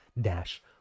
dash